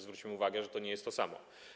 Zwróćmy uwagę, że to nie jest to samo.